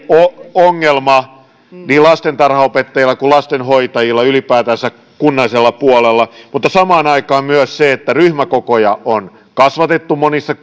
ongelma niin lastentarhanopettajilla kuin lastenhoitajilla ylipäätänsä kunnallisella puolella mutta samaan aikaan on ongelma myös se että ryhmäkokoja on kasvatettu monissa